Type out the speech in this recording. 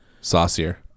Saucier